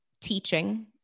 teaching